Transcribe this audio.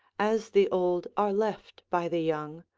as the old are left by the young,